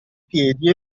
piedi